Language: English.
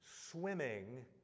swimming